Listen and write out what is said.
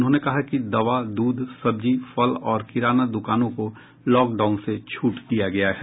उन्होंने कहा कि दवा दुध सब्जी फल और किराना दुकानों को लॉकडाउन से छूट दिया गया है